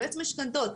יועץ משכנתאות,